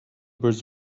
birds